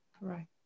Right